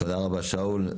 תודה רבה שאול.